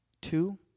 Two